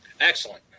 Excellent